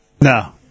No